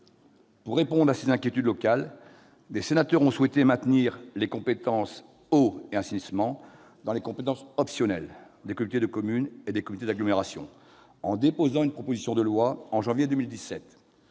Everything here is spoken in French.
Pour répondre à ces inquiétudes locales, certains sénateurs ont souhaité maintenir les compétences « eau » et « assainissement » dans les compétences optionnelles des communautés de communes et des communautés d'agglomération ; ils ont, à cette fin, déposé une proposition de loi en janvier 2017.